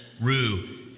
rue